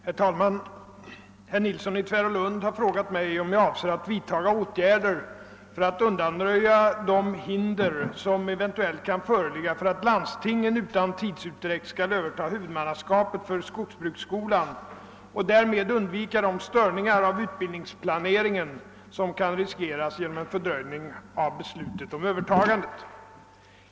Herr talman! Herr Nilsson i Tvärålund har frågat mig, om jag avser att vidtaga åtgärder för att undanröja de hinder, som eventuellt kan föreligga för att landstingen utan tidsutdräkt skall övertaga huvudmannaskapet för skogsbruksskolan och därmed undvika de störningar av utbildningsplaneringen som kan riskeras genom en fördröjning av beslutet om övertagandet.